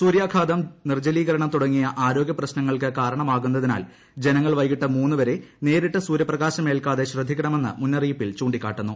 സൂര്യാഘാതം നിർജലീകരണം തുടങ്ങിയ ആരോഗ്യപ്രശ്നങ്ങൾക്ക് കാരണമാകുന്നതിനാൽ ജനങ്ങൾ വൈകിട്ട് മൂന്ന് വരെ നേരിട്ട് സൂര്യപ്രകാശം ഏൽക്കാതെ ശ്രദ്ധിക്കണമെന്ന് മുന്നറിയിപ്പിൽ ചൂണ്ടിക്കാട്ടുന്നു